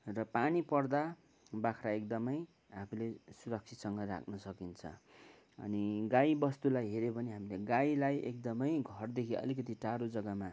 र पानी पर्दा बाख्रा एकदमै आफूले सुरक्षितसँग राख्नु सकिन्छ अनि गाईवस्तुलाई हेऱ्यो भने हामीले गाईलाई एकदमै घरदेखि अलिकति टाढो जग्गामा